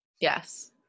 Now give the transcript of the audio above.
yes